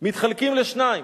מתחלקים לשניים.